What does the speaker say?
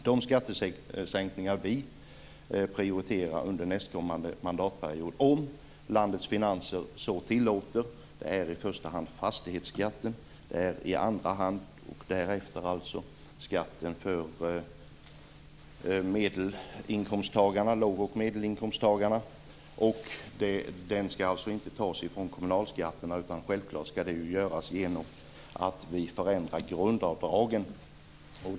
De skattesänkningar vi prioriterar under nästkommande mandatperiod - om landets finanser så tillåter - är i första hand fastighetsskatten, i andra hand skatten för låg och medelinkomsttagarna. Sänkningarna skall inte finansieras via kommunalskatterna utan självklart genom förändringar i grundavdragen.